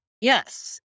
Yes